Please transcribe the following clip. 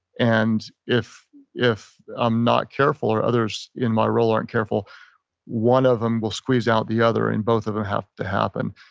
and if if i'm not careful or others in my role aren't careful one of them will squeeze out the other and both of them have to happen.